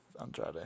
Andrade